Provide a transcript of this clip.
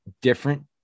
different